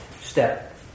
step